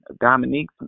Dominique